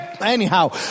Anyhow